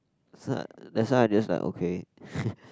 so that's why I just like okay